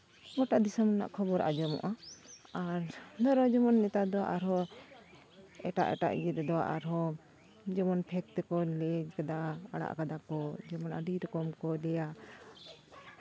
ᱜᱳᱴᱟ ᱫᱤᱥᱚᱢ ᱨᱮᱱᱟᱜ ᱠᱷᱚᱵᱚᱨ ᱟᱸᱡᱚᱢᱚᱜᱼᱟ ᱟᱨ ᱱᱮᱛᱟᱨ ᱫᱚ ᱟᱨᱦᱚᱸ ᱮᱴᱟᱜ ᱮᱴᱟᱜ ᱤᱭᱟᱹ ᱨᱮᱫᱚ ᱟᱨᱦᱚᱸ ᱡᱮᱢᱚᱱ ᱯᱷᱮᱠ ᱛᱮᱠᱚ ᱞᱟᱹᱭ ᱮᱫᱟ ᱟᱲᱟᱜ ᱟᱠᱟᱫᱟ ᱠᱚ ᱡᱮᱢᱚᱱ ᱟᱹᱰᱤ ᱨᱚᱠᱚᱢ ᱠᱚ ᱞᱟᱹᱭᱟ